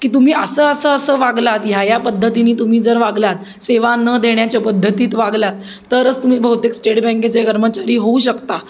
की तुम्ही असं असं असं वागलात ह्या या पद्धतीने तुम्ही जर वागलात सेवा न देण्याच्या पद्धतीत वागलात तरच तुम्ही बहुतेक स्टेट बँकेचे कर्मचारी होऊ शकता